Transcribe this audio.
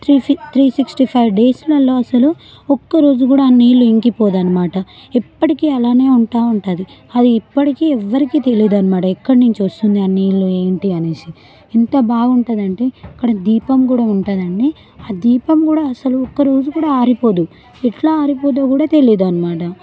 త్రీఫి three sixty five డేస్లల్లో అసలు ఒక్క రోజు కూడా ఆ నీళ్ళు ఇంకిపోదన్నమాట ఎప్పటికీ అలానే ఉంటూ ఉంటుంది అది ఇప్పటికీ ఎవరికీ తెలియదన్నమాట ఎక్కడ నుంచి వస్తుంది ఆ నీళ్ళు ఏంటి అనేసి ఎంత బాగుంటుందంటే అక్కడ దీపం కూడా ఉంటుందండి ఆ దీపం కూడా అసలు ఒక్క రోజు కూడా ఆరిపోదు ఎట్ల ఆరిపోదో కూడా తెలియదన్నమాట